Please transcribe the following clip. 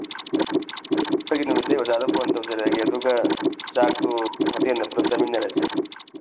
ꯆꯠꯄꯒꯤ ꯅꯨꯃꯤꯠꯇꯨ ꯑꯣꯖꯥꯗ ꯐꯣꯟ ꯇꯧꯖꯔꯛꯑꯒꯦ ꯑꯗꯨꯒ ꯆꯥꯛꯇꯨ ꯍꯣꯇꯦꯜꯗ ꯄꯨꯂꯞ ꯆꯥꯃꯤꯟꯅꯔꯁꯤ